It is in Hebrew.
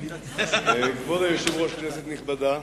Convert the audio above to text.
כבוד יושב-ראש הכנסת, כנסת נכבדה,